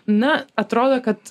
na atrodo kad